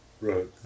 Right